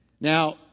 Now